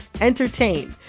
entertain